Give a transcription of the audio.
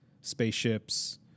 spaceships